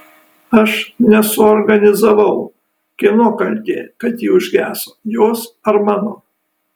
aš nesuorganizavau kieno kaltė kad ji užgeso jos ar mano